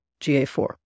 GA4